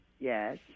Yes